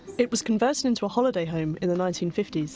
it was converted in to a holiday home in the nineteen fifty s.